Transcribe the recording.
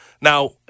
Now